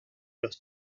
los